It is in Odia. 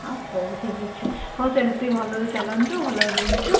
ହଉ ଠିକ୍ ଅଛି ହଉ ସେମିତି ଭଲରେ ଚାଲନ୍ତୁ ଭଲରେ ରୁହନ୍ତୁ